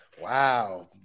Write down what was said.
Wow